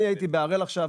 אני הייתי בהראל עכשיו,